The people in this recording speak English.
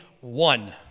one